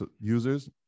users